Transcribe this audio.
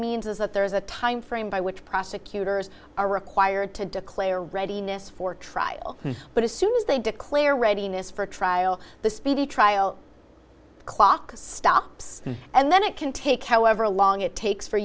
means is that there is a time frame by which prosecutors are required to declare readiness for trial but as soon as they declare readiness for trial the speedy trial the clock stops and then it can take however long it takes for